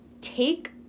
take